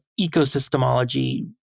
ecosystemology